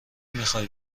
میخوایی